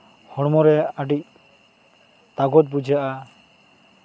ᱦᱚᱲᱢᱚ ᱨᱮ ᱟᱹᱰᱤ ᱛᱟᱜᱚᱡᱽ ᱵᱩᱡᱷᱟᱹᱜᱼᱟ